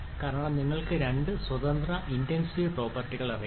കാരണം നിങ്ങൾക്ക് രണ്ട് സ്വതന്ത്ര ഇന്റൻസീവ് പ്രോപ്പർട്ടികൾ അറിയാം